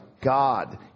God